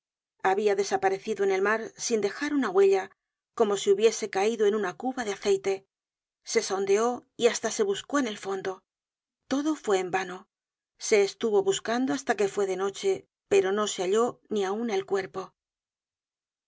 habia desaparecido en el mar sin dejar una huella como si hubiese caido en una cuba de aceite se sondeó y hasta se buscó en el fondo todo fue en vano se estuvo buscando hasta que fue de noche pero no se halló ni aun el cuerpo al